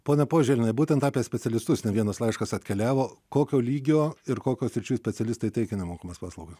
ponia poželiene būtent apie specialistus ne vienas laiškas atkeliavo kokio lygio ir kokių sričių specialistai teikia nemokamas paslaugas